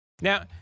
Now